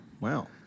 Wow